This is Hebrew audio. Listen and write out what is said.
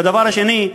והדבר השני,